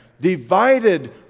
Divided